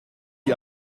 die